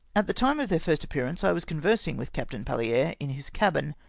at the time of their first appearance i was conversing with captain palliere in his cabin,